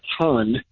ton